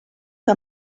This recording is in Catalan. que